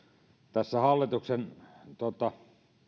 tässä hallituksen